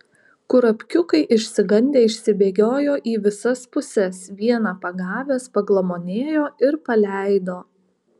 kurapkiukai išsigandę išsibėgiojo į visas puses vieną pagavęs paglamonėjo ir paleido